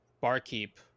barkeep